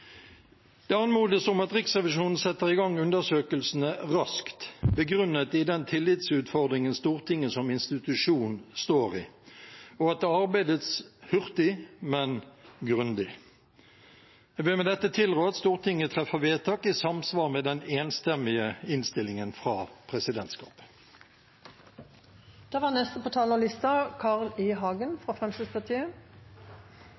Det anmodes om at Riksrevisjonen setter i gang undersøkelsene raskt, begrunnet i den tillitsutfordringen Stortinget som institusjon står i, og at det arbeides hurtig, men grundig. Jeg vil med dette tilrå at Stortinget treffer vedtak i samsvar med den enstemmige innstillingen fra